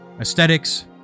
aesthetics